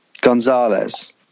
Gonzalez